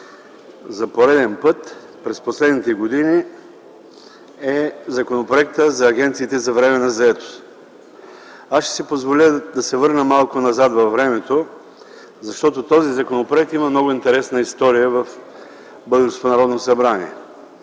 за пореден път през последните години е Законопроектът за агенциите за временна заетост. Аз ще си позволя да се върна малко назад във времето, защото този законопроект има много интересна история в българското Народно събрание.